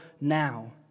now